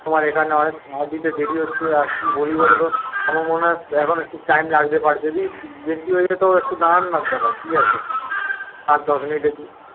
তোমার এখানে অনেক খাবার দিতে দেরি হচ্ছে আর কি বলি বল তো আমার মনে হয় এখন একটু টাইম লাগতে পারে যদি বেশি হয়ে যায় তো একটু দাঁড়ান না দাদা কি আছে পাঁচ দশ মিনিটের জন্য